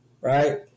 right